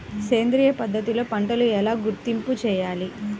సేంద్రియ పద్ధతిలో పంటలు ఎలా గుర్తింపు చేయాలి?